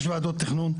יש ועדות תכנון,